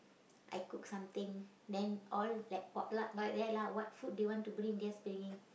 I cook something then all like potluck like that lah what food they want to bring just bring in